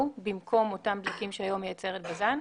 במקום אותם דלקים שהיום מייצרת בז"ן.